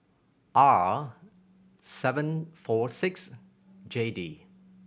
R seven four six J D